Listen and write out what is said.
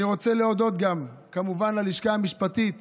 אני רוצה להודות גם כמובן ללשכה המשפטית